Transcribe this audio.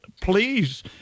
Please